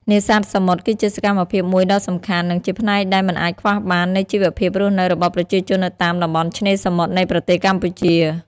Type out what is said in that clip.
នេសាទសមុទ្រគឺជាសកម្មភាពមួយដ៏សំខាន់ និងជាផ្នែកដែលមិនអាចខ្វះបាននៃជីវភាពរស់នៅរបស់ប្រជាជននៅតាមតំបន់ឆ្នេរសមុទ្រនៃប្រទេសកម្ពុជា។